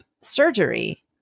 surgery